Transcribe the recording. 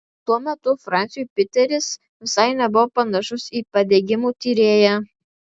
tuo metu franciui piteris visai nebuvo panašus į padegimų tyrėją